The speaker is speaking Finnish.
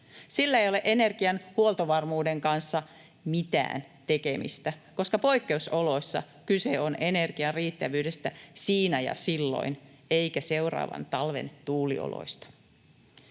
Sillä ei ole energian huoltovarmuuden kanssa mitään tekemistä, koska poikkeusoloissa kyse on energian riittävyydestä siinä ja silloin eikä seuraavan talven tuulioloista.